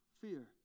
fear